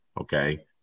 okay